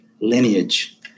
lineage